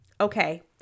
Okay